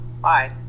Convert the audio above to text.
Bye